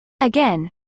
Again